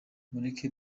mureke